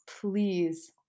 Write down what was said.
please